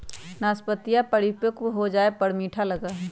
नाशपतीया परिपक्व हो जाये पर मीठा लगा हई